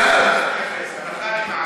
הלכה למעשה?